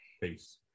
Peace